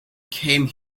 came